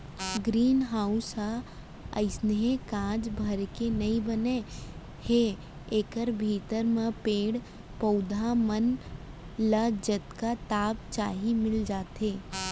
green house ह अइसने कांच भर के नइ बने हे एकर भीतरी म पेड़ पउधा मन ल जतका ताप चाही मिल जाथे